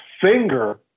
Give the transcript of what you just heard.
finger